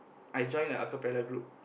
I join the acapella group